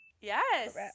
yes